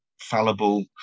fallible